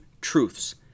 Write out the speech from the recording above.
truths